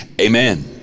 amen